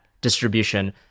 distribution